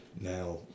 Now